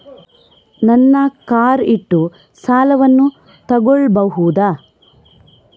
ನನ್ನ ಕಾರ್ ಇಟ್ಟು ಸಾಲವನ್ನು ತಗೋಳ್ಬಹುದಾ?